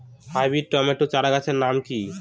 Hybrid tomato চারাগাছের নাম কি?